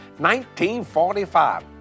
1945